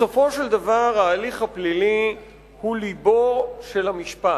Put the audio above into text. בסופו של דבר ההליך הפלילי הוא לבו של המשפט.